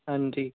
ਹਾਂਜੀ